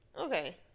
Okay